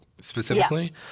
specifically